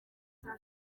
bya